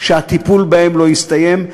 שהטיפול בהם לא הסתיים.